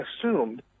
assumed